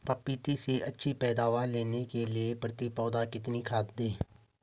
पपीते से अच्छी पैदावार लेने के लिए प्रति पौधा कितनी खाद दें?